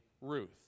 Ruth